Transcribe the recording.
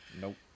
Nope